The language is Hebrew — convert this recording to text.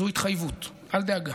זו התחייבות, אל דאגה.